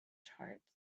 charts